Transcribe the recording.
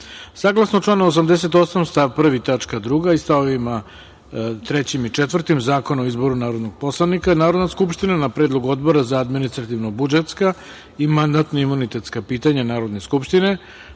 članu 88. stav 1. tačka 2) i st. 3. i 4. Zakona o izboru narodnog poslanika, Narodna skupština, na predlog Odbora za administrativno-budžetska i mandatno-imunitetska pitanja Narodne skupštine,